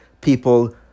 people